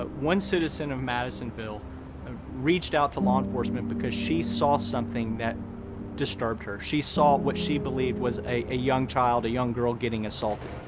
ah one citizen of madisonville ah reached out to law enforcement because she saw something that disturbed her. she saw what she believed was a young child, a young girl, getting assaulted.